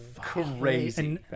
crazy